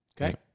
Okay